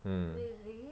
mm